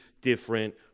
different